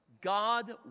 God